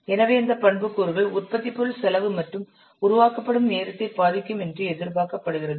எனவே இந்த பண்புக்கூறுகள் உற்பத்திப் பொருள் செலவு மற்றும் உருவாக்கப்படும் நேரத்தை பாதிக்கும் என்று எதிர்பார்க்கப்படுகிறது